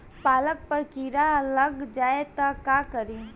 पालक पर कीड़ा लग जाए त का करी?